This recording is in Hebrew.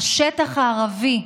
השטח הערבי,